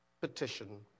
petition